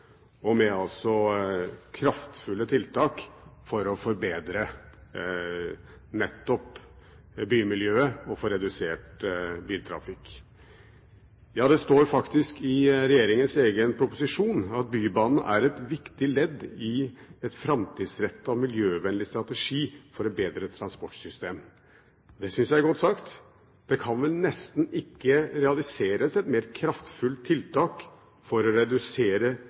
og med kraftfulle tiltak for å forbedre nettopp bymiljøet og få redusert biltrafikk. Ja, det står faktisk i regjeringens egen proposisjon: «Bybanen er eit viktig ledd i ein framtidsretta og miljøvenleg strategi for eit betre transportsystem Det syns jeg er godt sagt. Det kan vel nesten ikke realiseres et mer kraftfullt tiltak for å redusere